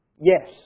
Yes